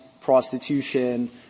prostitution